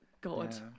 God